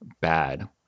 bad